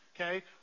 okay